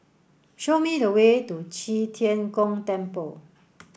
show me the way to Qi Tian Gong Temple